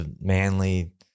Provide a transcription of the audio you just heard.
Manly